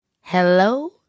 Hello